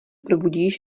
probudíš